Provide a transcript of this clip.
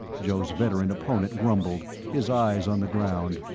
joe's veteran opponent grumbled, his eyes on the ground,